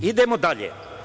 Idemo dalje.